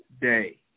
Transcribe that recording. day